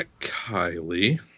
Kylie